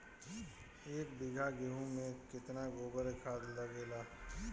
एक बीगहा गेहूं में केतना गोबर के खाद लागेला?